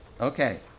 Okay